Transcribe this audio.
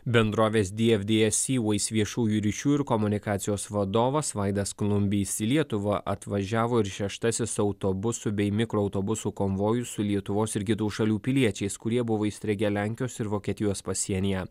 bendrovės dfds seaways viešųjų ryšių ir komunikacijos vadovas vaidas klumbys į lietuvą atvažiavo ir šeštasis autobusų bei mikroautobusų konvojus su lietuvos ir kitų šalių piliečiais kurie buvo įstrigę lenkijos ir vokietijos pasienyje